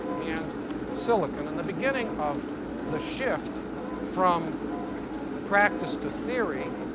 and silicon. and the beginning of the shift from practice to theory,